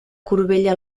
corbella